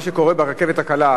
מה שקורה ברכבת הקלה.